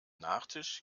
nachtisch